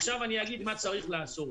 עכשיו אני אגיד מה צריך לעשות.